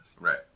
Right